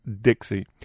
Dixie